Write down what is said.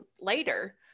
later